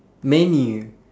man U